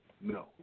No